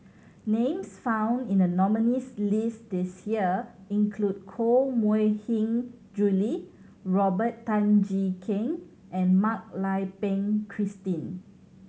names found in the nominees' list this year include Koh Mui Hin Julie Robert Tan Jee Keng and Mak Lai Peng Christine